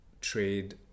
trade